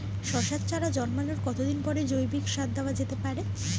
শশার চারা জন্মানোর কতদিন পরে জৈবিক সার দেওয়া যেতে পারে?